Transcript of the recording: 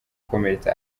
gukomeretsa